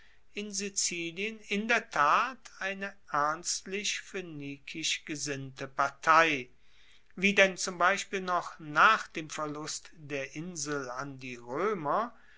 in sizilien in der tat eine ernstlich phoenikisch gesinnte partei wie denn zum beispiel noch nach dem verlust der insel an die roemer